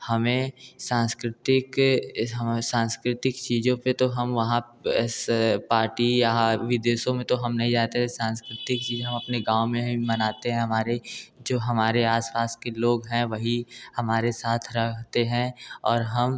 हमें सांस्कृतिक हमें सांस्कृतिक चीज़ों पर तो हम वहाँ बस पार्टी यहाँ विदेशों में तो हम नहीं जाते सांस्कृतिक चीज़ हम अपने गाँव में ही मनाते हैं हमारे जो हमारे आस पास के लोग हैं वही हमारे साथ रहते हैं और हम